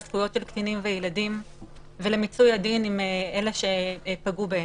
זכויות של ילדים וקטינים ולמיצוי הדין עם אלה שפגעו בהם.